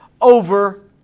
over